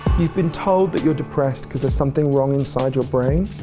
you've been told that you're depressed because there's something wrong inside your brain,